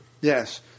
Yes